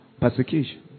persecution